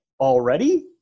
already